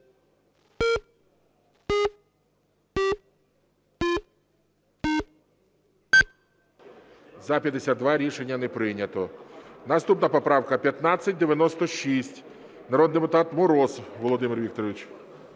За-52 Рішення не прийнято. Наступна поправка 1596, народний депутат Мороз Володимир Вікторович.